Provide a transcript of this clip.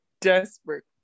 desperate